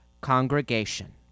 congregation